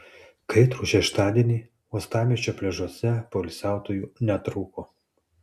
kaitrų šeštadienį uostamiesčio pliažuose poilsiautojų netrūko